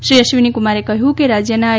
શ્રી અશ્વિનીકુમારે કહ્યું કે રાજ્યના એ